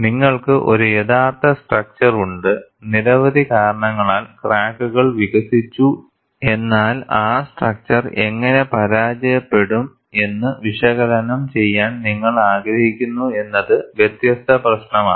നിങ്ങൾക്ക് ഒരു യഥാർത്ഥ സ്ട്രക്ച്ചർ ഉണ്ട് നിരവധി കാരണങ്ങളാൽ ക്രാക്കുകൾ വികസിച്ചു എന്നാൽ ആ സ്ട്രക്ച്ചർ എങ്ങനെ പരാജയപ്പെടും എന്ന് വിശകലനം ചെയ്യാൻ നിങ്ങൾ ആഗ്രഹിക്കുന്നു എന്നത് വ്യത്യസ്ത പ്രശ്നമാണ്